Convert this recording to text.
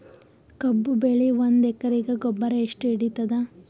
ಕಬ್ಬು ಬೆಳಿ ಒಂದ್ ಎಕರಿಗಿ ಗೊಬ್ಬರ ಎಷ್ಟು ಹಿಡೀತದ?